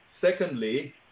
Secondly